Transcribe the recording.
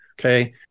okay